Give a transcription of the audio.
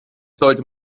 sollte